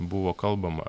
buvo kalbama